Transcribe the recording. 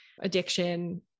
addiction